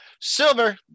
Silver